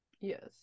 Yes